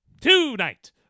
Tonight